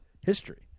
history